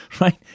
right